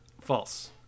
False